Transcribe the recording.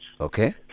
Okay